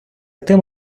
тим